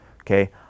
Okay